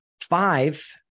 Five